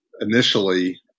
initially